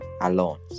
alone